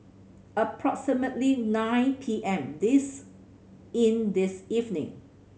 approximately nine P M this in this evening